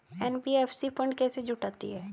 NBFC fund कैसे जुटाती है?